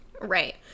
Right